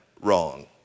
wrong